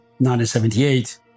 1978